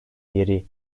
yeri